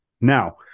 Now